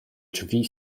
drzwi